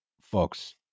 folks